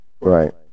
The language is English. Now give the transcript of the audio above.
Right